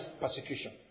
persecution